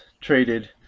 traded